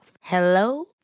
Hello